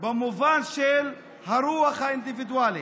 במובן של הרוח האינדיבידואלית.